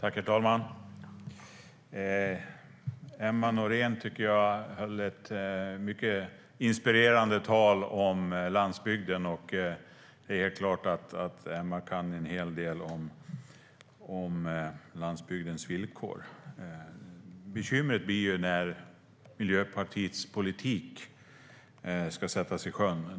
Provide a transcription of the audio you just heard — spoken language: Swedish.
Herr talman! Jag tycker att Emma Nohrén höll ett mycket inspirerande anförande om landsbygden. Det är klart att Emma kan en hel del om landsbygdens villkor. Bekymret blir när Miljöpartiets politik ska sättas i sjön.